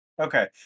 Okay